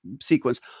sequence